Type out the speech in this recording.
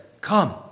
Come